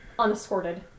unescorted